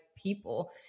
people